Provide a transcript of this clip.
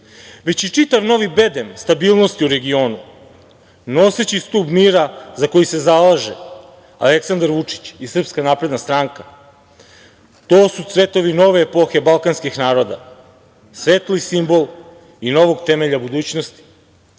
već i čitav novi bedem, stabilnost u regionu, noseći stub mira za koji se zalaže Aleksandar Vučić i SNS, to su cvetovi nove epohe balkanskih naroda, svetlo i simbol novog temelja budućnosti. Politika